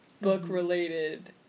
book-related